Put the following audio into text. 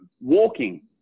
walking